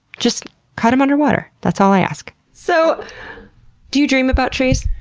just cut them underwater, that's all i ask. so do you dream about trees?